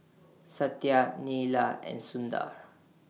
Satya Neila and Sundar